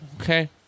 okay